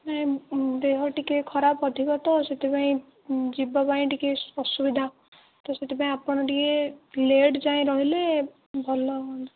ନାଇଁ ଦେହ ଟିକିଏ ଖରାପ ଅଧିକ ତ ସେଥିପାଇଁ ଯିବାପାଇଁ ଟିକିଏ ଅସୁବିଧା ତ ସେଥିପାଇଁ ଆପଣ ଟିକିଏ ଲେଟ୍ ଯାଏଁ ରହିଲେ ଭଲ ହୁଅନ୍ତା